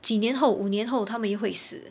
几年后五年后他们也会死